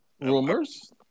Rumors